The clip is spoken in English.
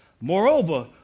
Moreover